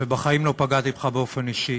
ובחיים לא פגעתי בך באופן אישי,